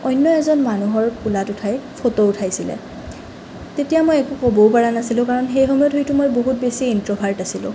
অন্য এজন মানুহৰ কোলাত উঠাই ফটো উঠাইছিলে তেতিয়া মই একো ক'বও পৰা নাছিলোঁ কাৰণ সেই সময়ত হয়তো মই বহুত বেছি ইনট্ৰভাৰ্ট আছিলোঁ